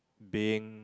being